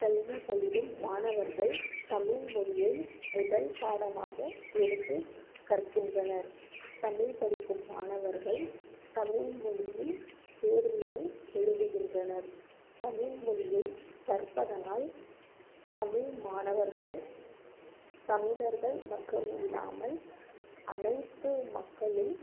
கல்வி பயிலும் மாணவர்கள் தமிழ் மொழியை முதல் பாடமாக எடுத்து கற்கின்றனர் தமிழ் படிக்கும் மாணவர்கள் தமிழ்மொழியில் தேர்வினை எழுதிகின்றனர் தமிழ் மொழியை கற்பதனால் தமிழ் மாணவர்கள் தமிழர்கள் மற்றும் இல்லாமல் அனைத்து மக்களும்